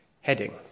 heading